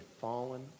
fallen